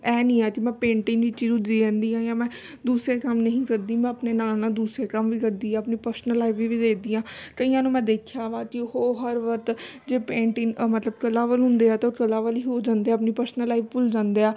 ਇਹ ਨਹੀਂ ਆ ਕਿ ਮੈਂ ਪੇਂਟਿੰਗ ਦੀ ਵਿੱਚ ਹੀ ਰੁੱਝੀ ਰਹਿੰਦੀ ਹਾਂ ਜਾਂ ਮੈਂ ਦੂਸਰੇ ਕੰਮ ਨਹੀਂ ਕਰਦੀ ਮੈਂ ਆਪਣੇ ਨਾਲ ਨਾਲ ਦੂਸਰੇ ਕੰਮ ਵੀ ਕਰਦੀ ਹਾਂ ਆਪਣੀ ਪਰਸਨਲ ਲਾਈਫ ਵੀ ਵੀ ਵੇਖਦੀ ਹਾਂ ਕਈਆਂ ਨੂੰ ਮੈਂ ਦੇਖਿਆ ਵਾ ਕਿ ਉਹ ਹਰ ਵਕਤ ਜੇ ਪੇਂਟਿੰਗ ਮਤਲਬ ਕਲਾ ਵੱਲ ਹੁੰਦੇ ਆ ਤਾਂ ਉਹ ਕਲਾ ਵੱਲ ਹੀ ਹੋ ਜਾਂਦੇ ਆ ਆਪਣੀ ਪਰਸਨਲ ਲਾਈਫ ਭੁੱਲ ਜਾਂਦੇ ਆ